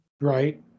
Right